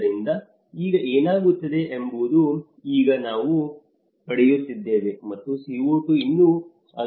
ಆದ್ದರಿಂದ ಈಗ ಏನಾಗುತ್ತಿದೆ ಎಂಬುದು ಈಗ ನಾವು ಪಡೆಯುತ್ತಿದ್ದೇವೆ ಮತ್ತು CO2 ಇನ್ನೂ ಅದನ್ನು ನಿರ್ಬಂಧಿಸುತ್ತಿದೆ